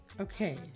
okay